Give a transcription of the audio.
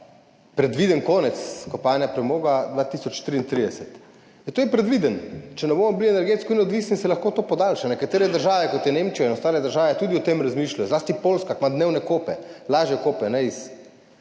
predviden ta konec kopanja premoga leta 2033. Zato je predvideno, če ne bomo energetsko neodvisni, se lahko to podaljša. Nekatere države, kot je Nemčija in ostale države, tudi o tem razmišljajo, zlasti Poljska, ki ima dnevne kope, lažje kope s